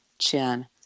Chin